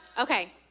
Okay